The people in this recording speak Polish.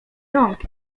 rąk